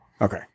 Okay